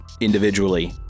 individually